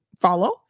follow